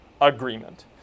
agreement